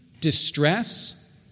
distress